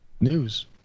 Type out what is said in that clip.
news